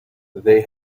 they